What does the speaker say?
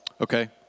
Okay